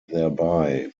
thereby